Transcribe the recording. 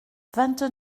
vingt